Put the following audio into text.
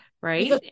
right